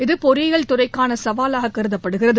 இது பொறியியல் துறைக்கான சவாலாக கருதப்படுகிறது